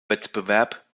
wettbewerb